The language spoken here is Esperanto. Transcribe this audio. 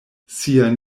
sian